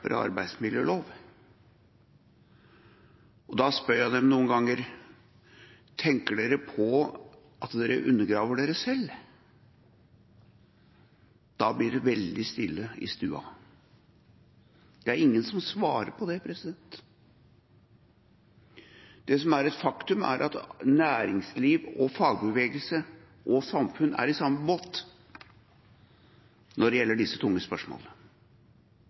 arbeidsmiljølov. Da spør jeg dem noen ganger om de tenker på om de undergraver seg selv. Da blir det veldig stille i stua. Det er ingen som svarer på det. Det som er et faktum, er at næringsliv, fagbevegelse og samfunn er i samme båt når det gjelder disse tunge